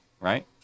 Right